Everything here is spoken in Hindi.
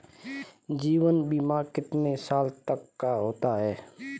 जीवन बीमा कितने साल तक का होता है?